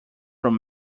from